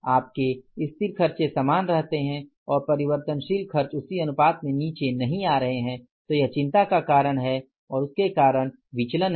आपके स्थिर खर्चों समान रहते है और परिवर्तनशील खर्च उसी अनुपात में नीचे नहीं आ रहे हैं तो वह चिंता का कारण है और उनके कारण भिन्नताएं हैं